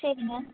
சரிங்க